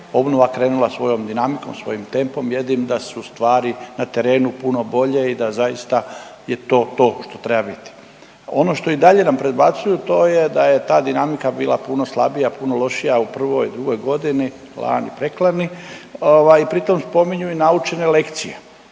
obnova krenula svojom dinamikom, svojim tempom jedino da su svari na terenu puno bolje i da zaista je to to što treba biti. Ono što i dalje nam predbacuju to je da je ta dinamika bila puno slabija, puno lošija u prvoj, drugoj godini, lani, preklani. Pritom spominju i naučene lekcije,